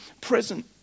present